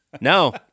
No